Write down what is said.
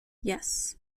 yes